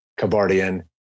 Kabardian